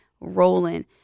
rolling